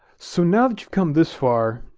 so now that you've come this far,